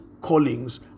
callings